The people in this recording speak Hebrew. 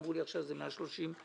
אמרו לי עכשיו שזה 130 עמודים.